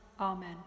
Amen